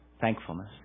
Thankfulness